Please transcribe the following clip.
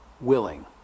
willing